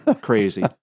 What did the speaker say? crazy